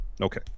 Okay